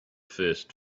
first